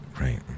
right